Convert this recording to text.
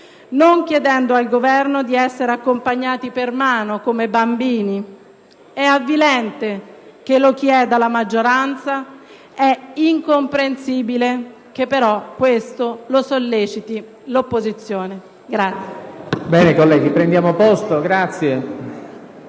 non chiedendo al Governo di essere accompagnati per mano come bambini. È avvilente che lo chieda la maggioranza; è incomprensibile che però lo solleciti l'opposizione.